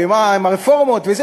ומה עם הרפורמות וכו'?